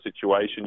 situation